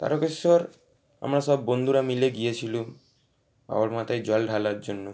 তারকেশ্বর আমরা সব বন্ধুরা মিলে গিয়েছিলাম বাবার মাথায় জল ঢালার জন্য